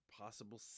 possible